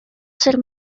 ser